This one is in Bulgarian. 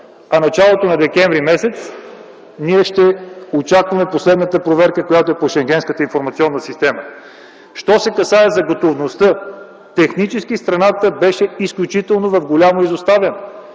в началото на м. декември ние ще очакваме последната проверка, която е по Шенгенската информационна система. Що се касае за готовността. Технически страната беше в изключително голямо изоставане